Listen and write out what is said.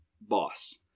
boss